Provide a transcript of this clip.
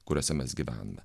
kuriuose mes gyvename